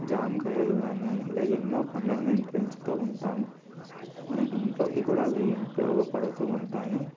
జామ కాయలు కానీ ఇలా ఎన్నో పండ్లను మేము పెంచుతూ ఉంటాము మనకి ఇంట్లోకి కూడా అవి ఉపయోగపడుతూ ఉంటాయి